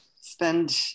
spend